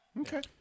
Okay